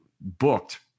booked